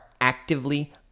actively